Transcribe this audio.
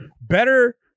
better